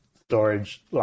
storage